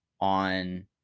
on